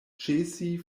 ĉesi